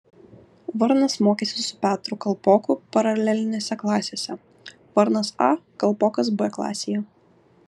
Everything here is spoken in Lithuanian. varnas mokėsi su petru kalpoku paralelinėse klasėse varnas a kalpokas b klasėje